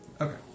Okay